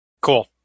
Cool